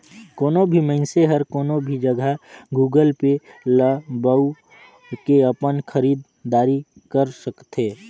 कोनो भी मइनसे हर कोनो भी जघा गुगल पे ल बउ के अपन खरीद दारी कर सकथे